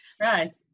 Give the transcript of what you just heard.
right